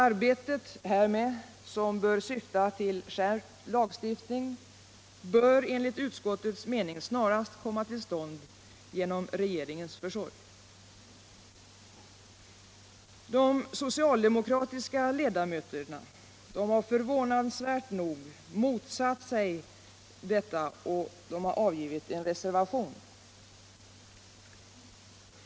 Arbetet härmed — som bör syfta till skärpt lagstiftning — bör enligt utskottets mening snarast komma till stånd genom regeringens försorg. - De socialdemokratiska ledamöterna har förvånansvärt nog motsatt sig detta och avgivit en reservation.